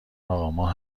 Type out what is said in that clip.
اقا، ما